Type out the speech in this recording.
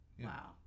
wow